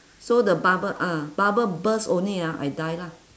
so the bubble ah bubble burst only ah I die lah